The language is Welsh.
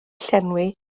llenwi